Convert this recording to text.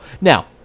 now